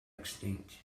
extinct